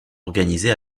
organisées